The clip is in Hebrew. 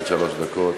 עד שלוש דקות.